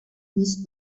was